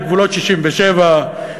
בגבולות 67',